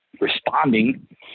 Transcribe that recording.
responding